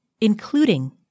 including